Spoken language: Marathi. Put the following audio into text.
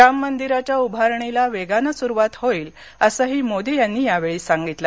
राम मंदिराच्या उभारणीला वेगानं सुरुवात होईल असंही मोदी यांनी यावेळी सांगितलं